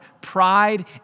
pride